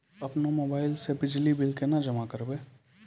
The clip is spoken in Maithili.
अपनो मोबाइल से बिजली बिल केना जमा करभै?